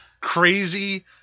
crazy